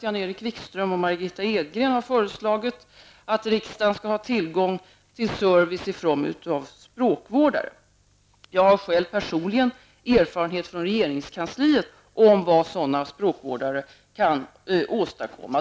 Jan-Erik Wikström och Margitta Edgren har föreslagit att riksdagen skall ha tillgång till service i form av språkvårdare. Jag har själv personlig erfarenhet från regeringskansliet av vad sådana språkvårdare kan åstadkomma.